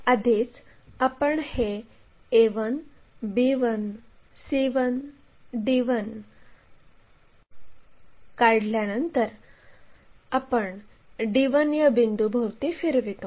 आधीच आपण हे a1 b1 c1 d1 काढल्यानंतर आपण d1 या बिंदूभोवती फिरवितो